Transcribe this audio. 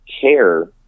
care